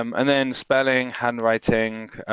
um and then spelling, handwriting,